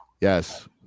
Yes